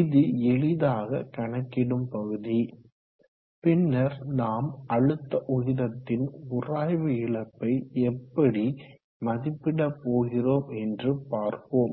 இது எளிதாக கணக்கிடும் பகுதி பின்னர் நாம் அழுத்த உயரத்தின் உராய்வு இழப்பை எப்படி மதிப்பிட போகிறோம் என்று பார்ப்போம்